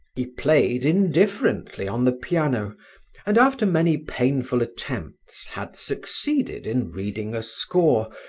he played indifferently on the piano and after many painful attempts had succeeded in reading a score,